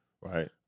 Right